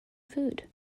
food